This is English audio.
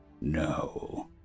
No